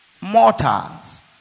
mortals